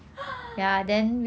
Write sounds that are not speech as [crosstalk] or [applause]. [noise]